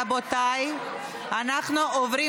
רבותיי, אנחנו עוברים